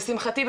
לשמחתי,